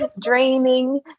draining